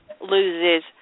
loses